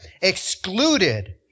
excluded